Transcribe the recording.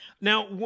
Now